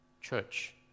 church